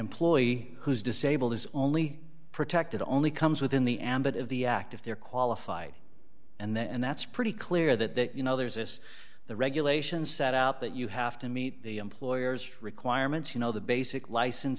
employee who's disabled is only protected only comes within the ambit of the act if they're qualified and that's pretty clear that that you know there's this the regulations set out that you have to meet the employer's requirements you know the basic license